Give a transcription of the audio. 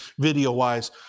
video-wise